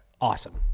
Awesome